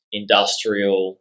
industrial